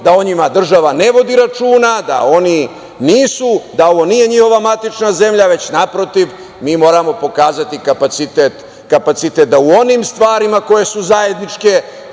da o njima država ne vodi računa, da ovo nije njihova matična zemlja, već naprotiv mi moramo pokazati kapacitet da u onim stvarima koje su zajedničke